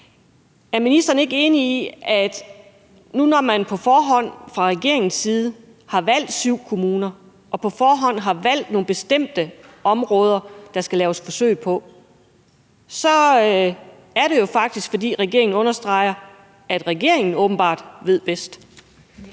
Er ministeren ikke enig i, at når man nu på forhånd fra regeringens side har valgt syv kommuner og på forhånd har valgt nogle bestemte områder, som der skal laves forsøg på, så er det jo faktisk, fordi regeringen understreger, at regeringen åbenbart ved bedst?